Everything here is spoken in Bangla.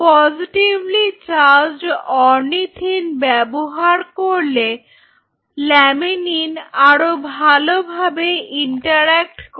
পজিটিভলি চার্জড্ অরনিথিন ব্যবহার করলে ল্যামিনিন আরো ভালোভাবে ইন্টারঅ্যাক্ট করে